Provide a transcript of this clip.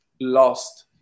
lost